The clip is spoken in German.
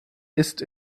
ist